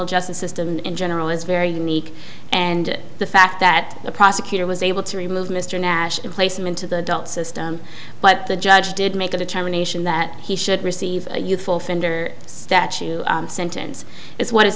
criminal justice system in general is very unique and the fact that a prosecutor was able to remove mr nash and place him into the adult system but the judge did make a determination that he should receive a youthful offender statue sentence is what is